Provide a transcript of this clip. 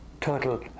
total